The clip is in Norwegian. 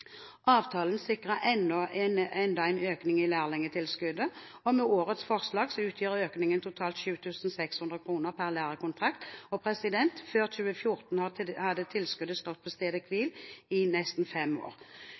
Avtalen sikrer enda en økning i lærlingtilskuddet. Med årets forslag utgjør økningen totalt 7 600 kr per lærekontrakt. Før 2014 hadde tilskuddet stått på stedet hvil i nesten fem år.